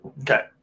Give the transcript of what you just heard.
Okay